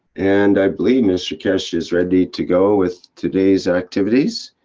and i believe mr keshe is ready to go with today's activities.